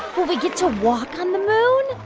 will we get to walk on the moon?